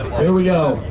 here we go.